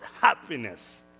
happiness